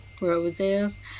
roses